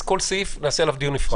ועל כל סעיף נקיים דיון נפרד.